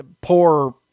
poor